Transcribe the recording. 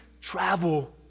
travel